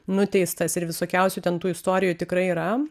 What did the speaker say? nuteistas ir visokiausių ten tų istorijų tikrai yra